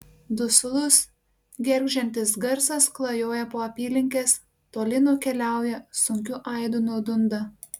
duslus gergždžiantis garsas klajoja po apylinkes toli nukeliauja sunkiu aidu nudunda